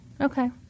Okay